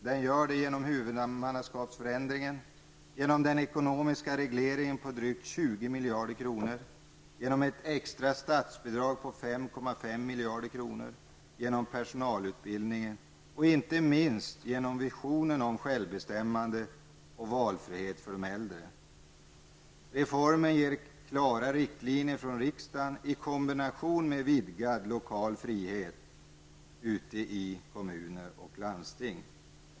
Den gör det genom huvudmannaskapsförändringen, genom den ekonomiska regleringen på drygt 20 miljarder kronor, genom ett extra statsbidrag på 5,5 miljarder kronor, genom personalutbildning och inte minst genom visionen om självbestämmande och valfrihet för de äldre. Reformen ger klara riktlinjer från riksdagen i kombination med vidgad lokal frihet ute i kommuner och landsting.